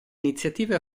iniziative